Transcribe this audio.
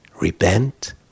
repent